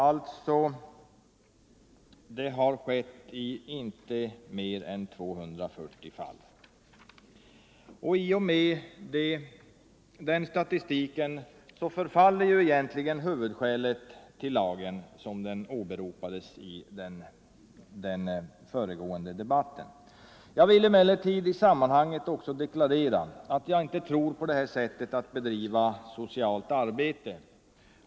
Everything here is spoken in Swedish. Antalet sociala utredningar enligt 6 § har inte skett i mer än 240 fall. I och med den statistiken förfaller ju egentligen huvudskälet till lagen såsom det åberopades i den föregående debatten. Jag vill emellertid i sammanhanget också deklarera att jag inte tror på det här sättet att bedriva ”socialt arbete”.